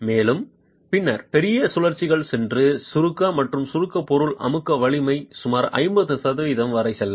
மேலும் பின்னர் பெரிய சுழற்சிகள் சென்று சுருக்க மற்றும் சுருக்க பொருள் அமுக்க வலிமை சுமார் 50 சதவீதம் வரை செல்ல